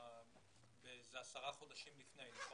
זה עשרה חודשים לפני, נכון?